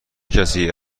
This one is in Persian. کسی